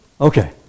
Okay